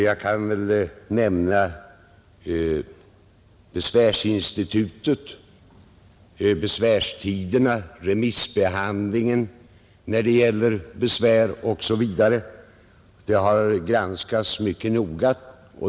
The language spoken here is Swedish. Jag kan nämna besvärsinstitutet, besvärstiderna, remissbehandlingen när det gäller besvär osv., vilket har granskats mycket noga.